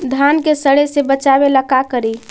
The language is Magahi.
धान के सड़े से बचाबे ला का करि?